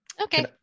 Okay